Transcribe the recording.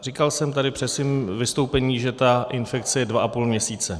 Říkal jsem tady při svém vystoupení, že ta infekce je dva a půl měsíce.